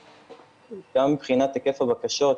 מבחינת היקף הבקשות,